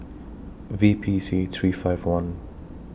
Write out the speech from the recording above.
V P C three five one